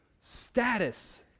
status